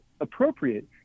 appropriate